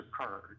occurred